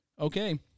okay